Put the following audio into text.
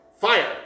fire